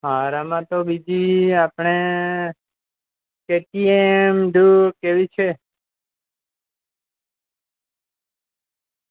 સારામાં તો બીજી આપણે કેટીએમ ડૂક એવી છે